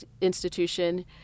institution